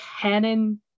canon